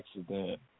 accident